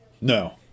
No